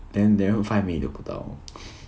连连 five minute 都不到